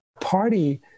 party